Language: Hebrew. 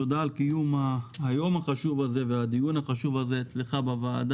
תודה על קיום היום החשוב הזה והדיון החשוב הזה בוועדה.